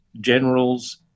generals